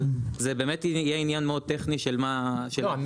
אבל זה באמת יהיה עניין מאוד טכני של מה הדקויות,